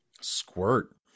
Squirt